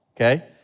okay